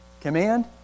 command